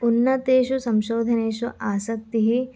उन्नतेषु संशोधनेषु आसक्तिः